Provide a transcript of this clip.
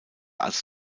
als